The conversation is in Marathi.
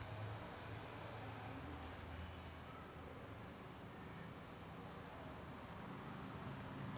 एक निरोगी जिवंत बेरी आहे हे दुर्मिळ भारतीय हवामान चांगले आहे